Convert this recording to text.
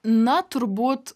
na turbūt